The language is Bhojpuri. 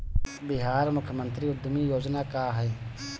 बिहार मुख्यमंत्री उद्यमी योजना का है?